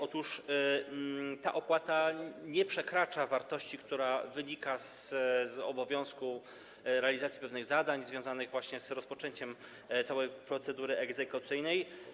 Otóż ta opłata nie przekracza wartości, która wynika z obowiązku realizacji pewnych zadań związanych z rozpoczęciem całej procedury egzekucyjnej.